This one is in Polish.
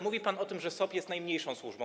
Mówi pan o tym, że SOP jest najmniejszą służbą.